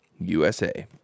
USA